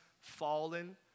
fallen